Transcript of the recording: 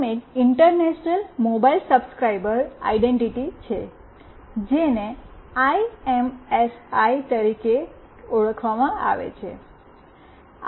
પ્રથમ એક international mobile subscriber identity છે જેને આઈએમએસઆઈ કહેવામાં આવે છે